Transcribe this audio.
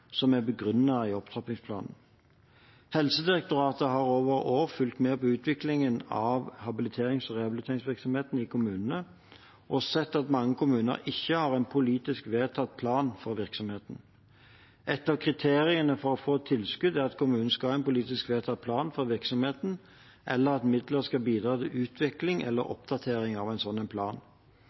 som er begrunnet i opptrappingsplanen. Helsedirektoratet har over år fulgt med på utviklingen av habiliterings- og rehabiliteringsvirksomheten i kommunene og sett at mange kommuner ikke har en politisk vedtatt plan for virksomheten. Et av kriteriene for å få tilskudd er at kommunen skal ha en politisk vedtatt plan for virksomheten, eller at midlene skal bidra til utvikling eller oppdatering av en slik plan.